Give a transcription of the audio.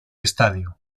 estadio